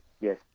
Yes